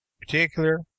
particular